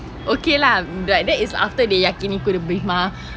okay lah like that is after they yakiniku the beef mah